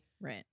Right